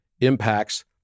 impacts